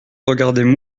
regardaient